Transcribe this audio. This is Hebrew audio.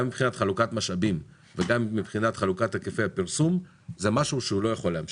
גם בחלוקת משאבים וגם בחלוקת היקפי הפרסום זה משהו שלא יכול להמשיך.